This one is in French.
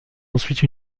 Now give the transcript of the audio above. ensuite